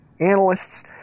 analysts